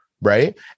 right